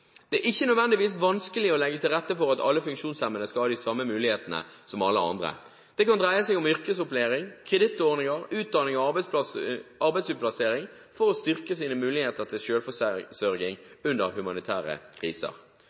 Det er ikke nødvendigvis vanskelig å legge til rette for at alle funksjonshemmede skal ha de samme mulighetene som alle andre. Det kan dreie seg om yrkesopplæring, kredittordninger, utdanning og arbeidsutplassering for å styrke sine muligheter til selvforsørging under humanitære kriser.